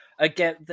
Again